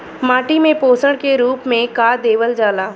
माटी में पोषण के रूप में का देवल जाला?